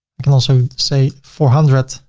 i can also say four hundred,